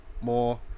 More